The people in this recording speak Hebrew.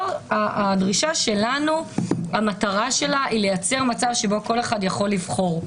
המטרה של הדרישה שלנו היא לייצר מצב שבו כל אחד יכול לבחור.